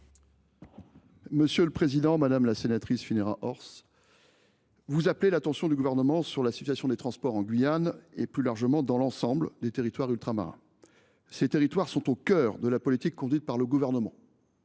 ministre délégué. Madame la sénatrice Phinera Horth, vous appelez l’attention du Gouvernement sur la situation des transports en Guyane, et plus largement dans l’ensemble des territoires ultramarins. Ces territoires sont au cœur de la politique conduite par le Gouvernement.